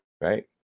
right